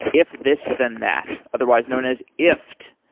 if this than that, otherwise known as ifttt.